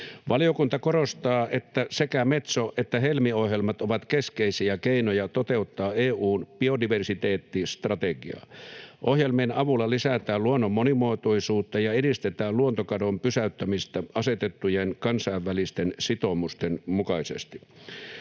Valiokunta korostaa, että sekä Metso- että Helmi-ohjelmat ovat keskeisiä keinoja toteuttaa EU:n biodiversiteettistrategiaa. Ohjelmien avulla lisätään luonnon monimuotoisuutta ja edistetään luontokadon pysäyttämistä asetettujen kansainvälisten sitoumusten mukaisesti.